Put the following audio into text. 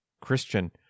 Christian